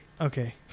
Okay